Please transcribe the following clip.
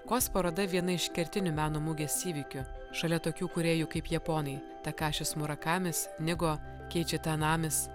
kaws paroda viena iš kertinių meno mugės įvykių šalia tokių kūrėjų kaip japonai takašis murakamis nigo keiči tanamis